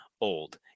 old